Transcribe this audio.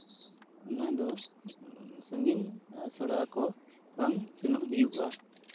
ᱚᱱᱟᱫᱚ ᱥᱟᱺᱜᱤᱧ ᱟᱥᱲᱟ ᱠᱚ ᱵᱟᱝ ᱥᱮᱱᱚᱜ ᱦᱩᱭᱩᱜᱼᱟ